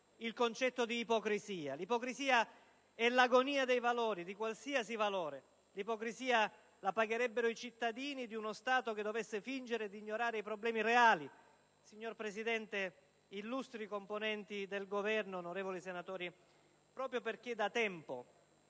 il concetto di ipocrisia. L'ipocrisia è l'agonia dei valori, di qualsiasi valore; essa verrebbe pagata dai cittadini di quello Stato che dovesse fingere di ignorare i problemi reali. Signor Presidente, illustri componenti del Governo, onorevoli senatori, proprio perché, da tempo,